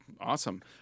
Awesome